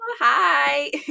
Hi